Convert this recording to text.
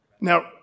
Now